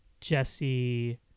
Jesse